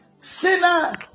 sinner